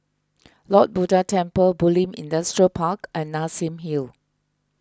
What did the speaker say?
Lord Buddha Temple Bulim Industrial Park and Nassim Hill